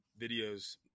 videos